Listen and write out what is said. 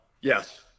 yes